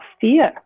fear